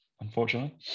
unfortunately